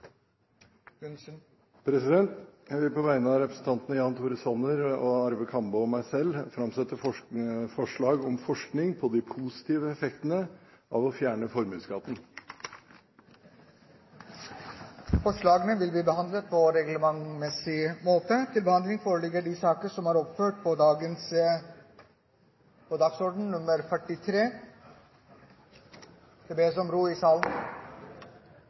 På vegne av representantene Jan Tore Sanner, Arve Kambe og meg selv vil jeg framsette forslag om forskning på de positive effektene av å fjerne formuesskatten. Forslagene vil bli behandlet på reglementsmessig måte.